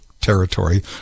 territory